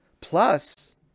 Plus